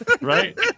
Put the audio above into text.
Right